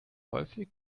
häufig